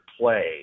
play